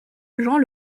joint